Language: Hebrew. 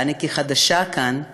ואני כחדשה כאן,